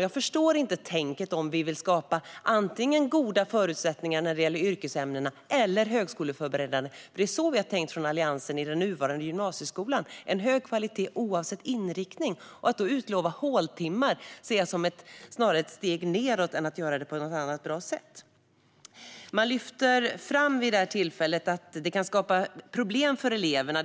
Jag förstår inte tänket. Vi vill ju skapa goda förutsättningar för både yrkesämnena och de högskoleförberedande ämnena. Så har vi i Alliansen tänkt när det gäller den nuvarande gymnasieskolan. Det ska vara hög kvalitet oavsett inriktning. Att då utlova håltimmar ser jag som ett steg nedåt. Man lyfte fram att det system som vi har i dag kan skapa problem för eleverna